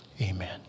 amen